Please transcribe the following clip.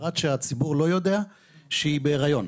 הפרט שהציבור לא יודע, שהיא בהריון,